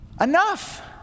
Enough